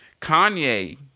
Kanye